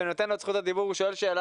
שאני נותן לו את זכות הדיבור הוא שואל שאלה